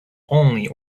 only